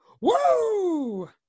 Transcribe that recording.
Woo